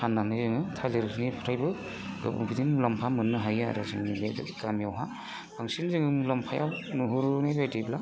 फाननानै जोङो थालिरनिफ्रायबो बिदिनो मुलाम्फा मोननो हायो आरो जोंनि बे गामियावहा बांसिन जोङो मुलामफा नुहरनाय बायदिब्ला